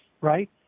right